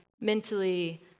mentally